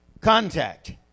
contact